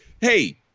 hey